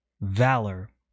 valor